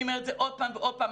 אני אומר את זה עוד פעם ועוד פעם,